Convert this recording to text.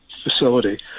facility